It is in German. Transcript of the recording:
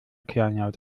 kleinlaut